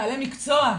בעלי מקצוע.